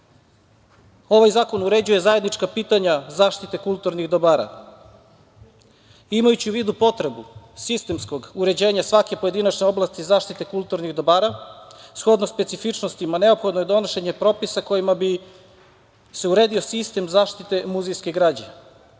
zakon uređuje zajednička pitanja zaštite kulturnih dobara. Imajući u vidu potrebu sistemskog uređenja svake pojedinačne oblasti zaštite kulturnih dobara, shodno specifičnostima, neophodno je donošenje propisa kojima bi se uredio sistem zaštite muzejske građe.